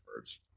first